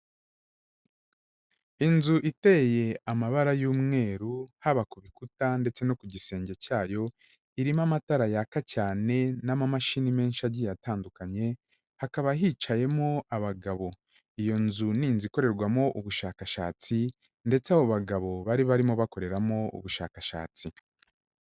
Inzu iteye amabara y'umweru haba ku bikuta ndetse no ku gisenge cyayo, irimo amatara yaka cyane n'amamashini menshi agiye atandukanye, hakaba hicayemo abagabo. Iyo nzu ni inzu ikorerwamo ubushakashatsi ndetse abo bagabo bari barimo bakoreramo ubushakashatsi.